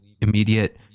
immediate